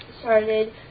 started